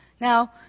Now